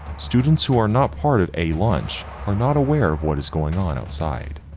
students who are not part of a lunch are not aware of what is going on outside.